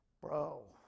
Bro